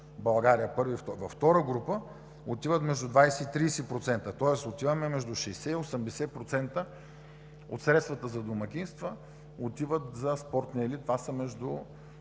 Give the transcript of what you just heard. България. Във втора група отиват между 20 и 30%. Тоест между 60 и 80% от средствата за домакинства отиват за спортния елит, това са между